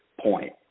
point